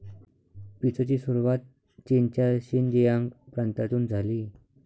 पीचची सुरुवात चीनच्या शिनजियांग प्रांतातून झाली